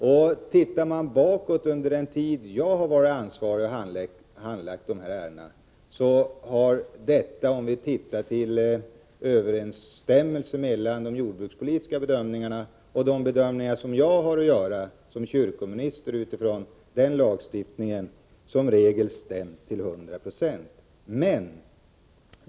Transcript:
Om jag ser tillbaka på den tid under vilken jag har varit ansvarig och handlagt dessa ärenden så finner jag att överensstämmelsen mellan de jordbrukspolitiska bedömningarna och de bedömningar som jag utifrån lagstiftningen har att göra som kyrkominister varit hundraprocentig.